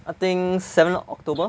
I think seven of October